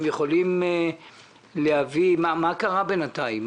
יכולים להביא פירוט על מה קרה בינתיים.